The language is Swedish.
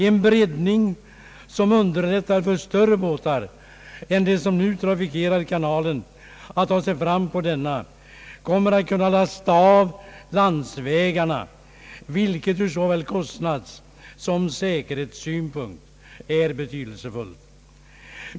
En breddning, som underlättar för större båtar än de som nu trafikerar kanalen att ta sig fram på denna, kommer att kunna lasta av landsvägarna, vilket ur såväl kostnadssom säkerhetssynpunkt är betydelsefullt.